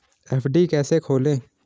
FD कैसे खोलें?